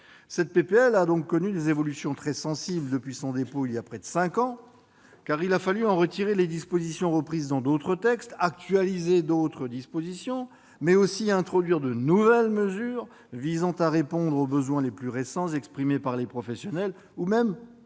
de loi a donc connu des évolutions très sensibles depuis son dépôt il y a près de cinq ans, car il a fallu en retirer les dispositions reprises dans différents textes, en actualiser d'autres, mais aussi introduire de nouvelles mesures visant à répondre aux besoins les plus récents exprimés par les professionnels, ou même à corriger